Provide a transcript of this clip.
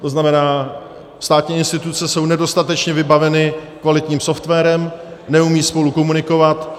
To znamená, státní instituce jsou nedostatečně vybaveny kvalitním softwarem, neumějí spolu komunikovat.